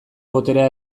boterea